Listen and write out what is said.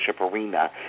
arena